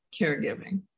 caregiving